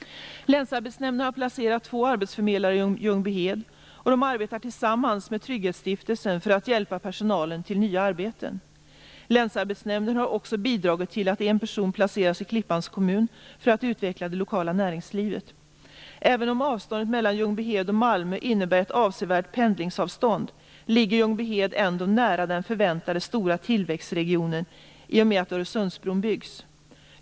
Länsarbetsnämnden har placerat två arbetsförmedlare i Ljungbyhed, och de arbetar tillsammans med Trygghetsstiftelsen för att hjälpa personalen till nya arbeten. Länsarbetsnämnden har också bidragit till att en person placeras i Klippans kommun för att utveckla det lokala näringslivet. Även om avståndet mellan Ljungbyhed och Malmö innebär ett avsevärt pendlingsavstånd ligger Ljungbyhed ändå nära den förväntade stora tillväxtregionen i och med att Öresundsbron byggs.